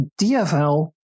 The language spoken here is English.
DFL